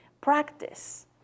practice